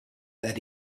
that